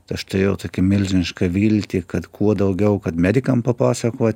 aš turėjau tokią milžinišką viltį kad kuo daugiau kad medikam papasakot